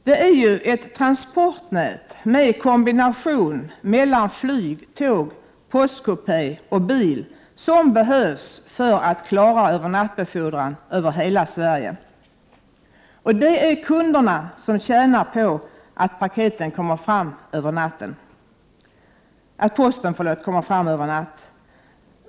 Det är ju ett transportnät med kombination av flyg, tåg, postkupé och bil som behövs för att klara övernattbefordran över hela Sverige, och det är kunderna som tjänar på att posten kommer fram över natten.